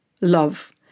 love